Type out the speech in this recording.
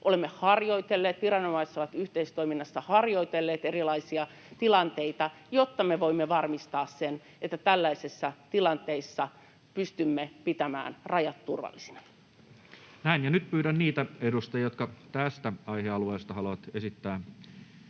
olemme harjoitelleet — viranomaiset ovat yhteistoiminnassa harjoitelleet — erilaisia tilanteita, jotta me voimme varmistaa sen, että tällaisissa tilanteissa pystymme pitämään rajat turvallisina. [Speech 58] Speaker: Toinen varapuhemies